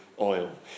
oil